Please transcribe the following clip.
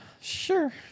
Sure